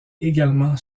également